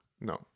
no